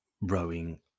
rowing